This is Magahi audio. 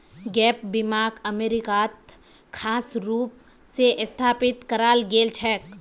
गैप बीमाक अमरीकात खास रूप स स्थापित कराल गेल छेक